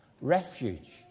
refuge